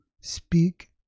speak